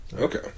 okay